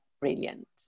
brilliant